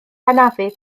anafu